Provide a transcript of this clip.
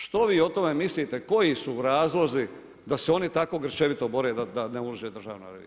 Što vi o tome mislite koji su razlozi da se oni tako grčevito bore da ne uđe Državna revizija?